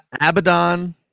Abaddon